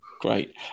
Great